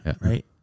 right